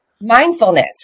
mindfulness